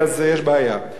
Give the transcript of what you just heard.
אבל זה רק כפתיחה.